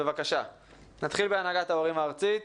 נתחיל בהנהגת ההורים הארצית.